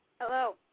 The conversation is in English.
Hello